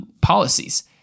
policies